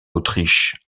autriche